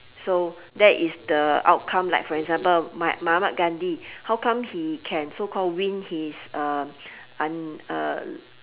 so that is the outcome like for example ma~ mahatma-gandhi how come he can so called win his un uh